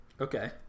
Okay